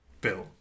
Bill